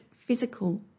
physical